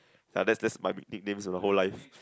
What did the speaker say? ya that that's my nicknames in the whole life